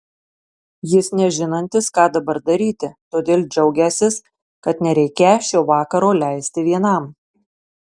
jis nežinantis ką dabar daryti todėl džiaugiąsis kad nereikią šio vakaro leisti vienam